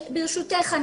ברשותך,